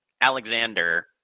Alexander